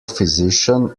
physician